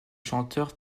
chanteur